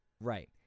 Right